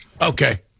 Okay